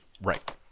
Right